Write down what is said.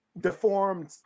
deformed